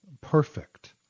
perfect